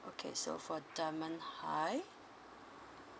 okay so for dunman high